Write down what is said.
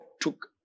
took